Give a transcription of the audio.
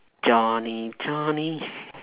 johnny johnny